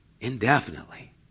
Indefinitely